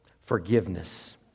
forgiveness